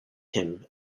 him